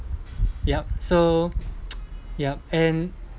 yup so ya and